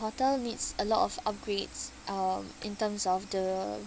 hotel needs a lot of upgrades um in terms of the